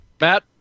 Matt